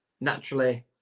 naturally